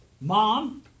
Mom